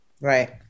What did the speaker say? right